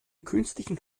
künstlichen